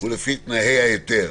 ולפי תנאי ההיתר".